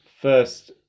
First